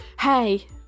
hey